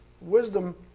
Wisdom